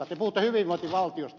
te puhutte hyvinvointivaltiosta